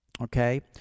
okay